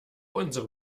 unsere